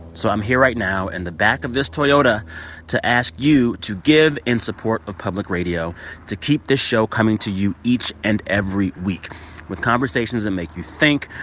so i'm here right now in the back of this toyota to ask you to give in support of public radio to keep this show coming to you each and every week with conversations that make you think,